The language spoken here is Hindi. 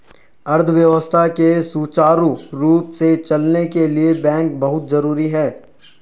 अर्थव्यवस्था के सुचारु रूप से चलने के लिए बैंक बहुत जरुरी हैं